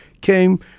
came